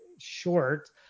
short